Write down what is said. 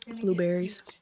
Blueberries